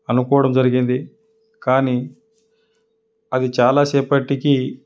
అనుకోవడం జరిగింది కానీ అది చాలాసేపటికి